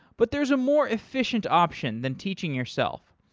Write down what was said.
but there is a more efficient option than teaching yourself.